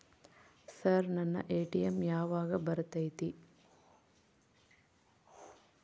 Sir ನನ್ನ ATM ಯಾವಾಗ ಬರತೈತಿ?